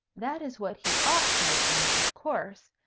that is what he ought to have done, of course,